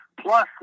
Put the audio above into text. Plus